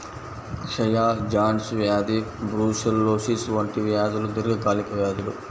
క్షయ, జాన్స్ వ్యాధి బ్రూసెల్లోసిస్ వంటి వ్యాధులు దీర్ఘకాలిక వ్యాధులు